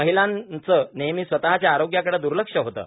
महिलांचं नह्ममी स्वतच्या आरोग्याकड द्र्लक्ष होतं